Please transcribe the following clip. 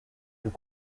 vous